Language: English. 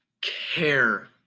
care